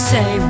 Say